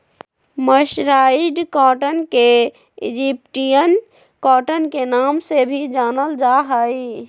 mercerised cotton के Egyptian cotton के नाम से भी जानल जा हई